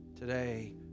today